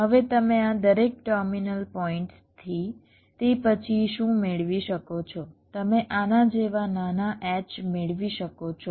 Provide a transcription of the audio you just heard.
હવે તમે આ દરેક ટર્મિનલ પોઇન્ટ્સથી તે પછી શું મેળવી શકો છો તમે આના જેવા નાના H મેળવી શકો છો